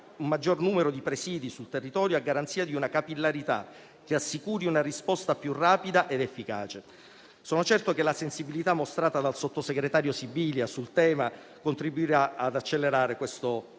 un maggior numero di presidi sul territorio, a garanzia di una capillarità che assicuri una risposta più rapida ed efficace. Sono certo che la sensibilità mostrata dal sottosegretario Sibilia sul tema contribuirà ad accelerare questo processo.